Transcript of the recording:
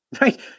Right